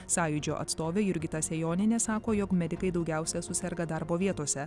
sąjūdžio atstovė jurgita sejonienė sako jog medikai daugiausia suserga darbo vietose